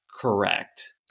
correct